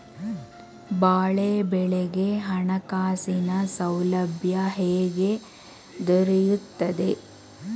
ಬಾಳೆ ಬೆಳೆಗೆ ಹಣಕಾಸಿನ ಸೌಲಭ್ಯ ಹೇಗೆ ದೊರೆಯುತ್ತದೆ?